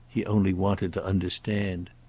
he only wanted to understand.